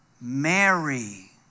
Mary